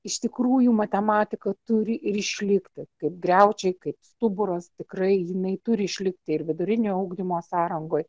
iš tikrųjų matematika turi ir išlikti kaip griaučiai kaip stuburas tikrai jinai turi išlikti ir vidurinio ugdymo sąrangoj